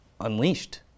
unleashed